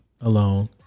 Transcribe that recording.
alone